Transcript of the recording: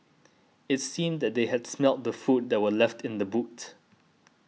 it seemed that they had smelt the food that were left in the boot